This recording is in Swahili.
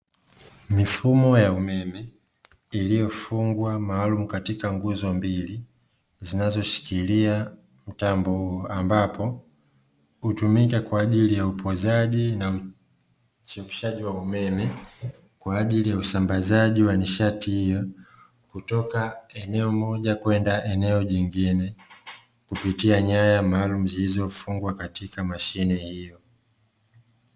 Mifumo ya umeme iliyofungwa maalumu katika nguzo mbili, zinazoshikilia mtambo huu ambapo hutumika kwa ajili ya upoozaji na uchemshaji wa umeme kwa ajili ya usambazaji wa nishati hiyo, kutoka eneo moja kwenda eneo jingine kupitia nyaya maalumu zilizofungwa katika mashine hiyo.